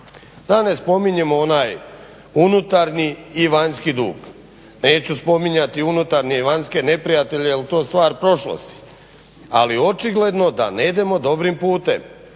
ne spominjem onaj unutarnji i vanjski dug. Neću spominjati unutarnje i vanjske neprijatelje jer je to stvar prošlosti ali je očigledno da ne idemo dobrim putem.